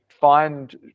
find